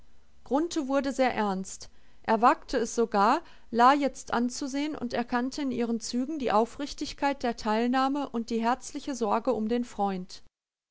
wurde sehr ernst er wagte es sogar la jetzt anzusehen und erkannte in ihren zügen die aufrichtigkeit der teilnahme und die herzliche sorge um den freund